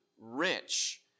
rich